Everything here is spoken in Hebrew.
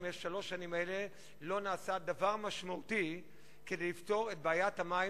שבשלוש השנים האלה לא נעשה דבר משמעותי כדי לפתור את בעיית המים,